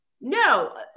No